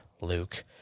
luke